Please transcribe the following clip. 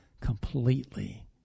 completely